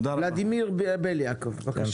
ולדימיר בליאק, בבקשה.